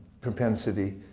propensity